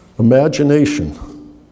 Imagination